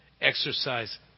Exercise